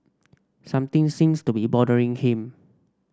something seems to be bothering him